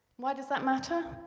why does that matter?